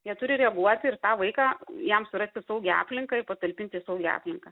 jie turi reaguoti ir tą vaiką jam surasti saugią aplinką ir patalpinti į saugią aplinką